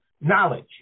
knowledge